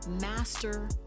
Master